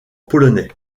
polonais